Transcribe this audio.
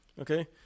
okay